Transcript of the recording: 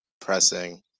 Pressing